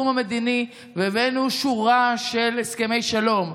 בתחום המדיני והבאנו שורה של הסכמי שלום,